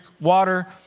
water